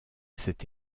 cet